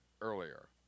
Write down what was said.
earlier